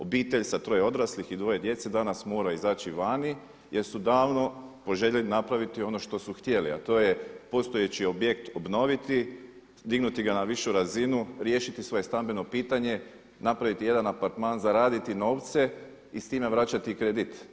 Obitelj sa troje odraslih i dvoje djece danas mora izaći vani jer su davno poželjeli napraviti ono što su htjeli a to je postojeći objekt obnoviti, dignuti ga na višu razinu, riješiti svoje stambeno pitanje, napraviti jedan apartman, zaraditi novce i s time vraćati kredit.